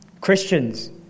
Christians